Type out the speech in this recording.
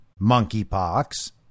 monkeypox